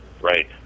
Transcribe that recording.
Right